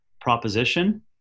proposition